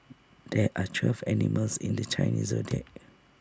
there are twelve animals in the Chinese Zodiac